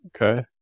Okay